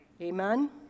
Amen